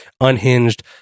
unhinged